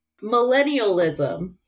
Millennialism